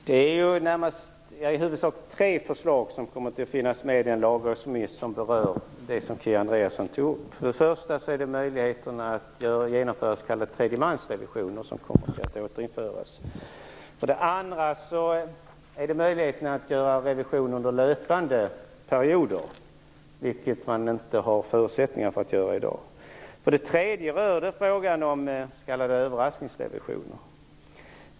Herr talman! Det är i huvudsak tre förslag som kommer att finnas med i den lagrådsremiss som berör detta. För det första är det möjligheterna att genomföra s.k. tredje mans-revision som kommer att återinföras. För det andra är det möjligheterna att göra revision över löpande perioder, något som man inte har förutsättningar att göra i dag. För det tredje är det frågan om s.k. överraskningsrevisioner.